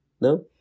No